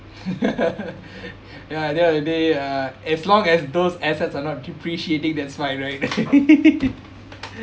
ya at the end of the day uh as long as those assets are not depreciating that's my right